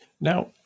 Now